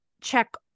check